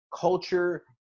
culture